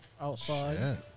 outside